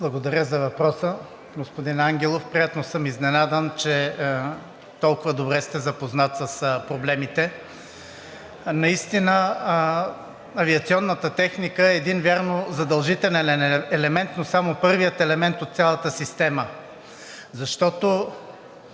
Благодаря за въпроса. Господин Ангелов, приятно съм изненадан, че толкова добре сте запознат с проблемите. Наистина авиационната техника е един, вярно, задължителен елемент, но само първият елемент от цялата система. Защото